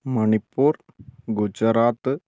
Manipur Gujarat